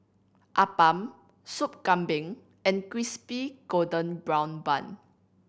appam Sup Kambing and Crispy Golden Brown Bun